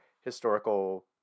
historical